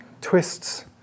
twists